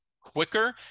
quicker